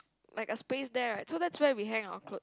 like a space there right so that's where we hang our clothes